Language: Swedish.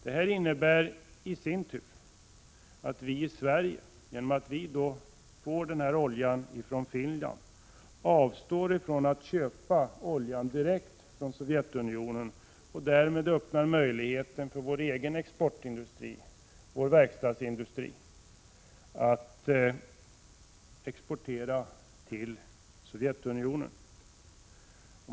Det innebär i sin tur att vi i Sverige, genom att vi får den här oljan från Finland, avstår från att köpa oljan direkt från Sovjetunionen och därmed från att öppna möjligheten för vår egen exportindustri, vår verkstadsindustri, att exportera till Sovjetunionen.